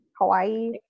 Hawaii